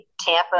tampa